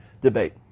debate